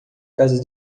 casa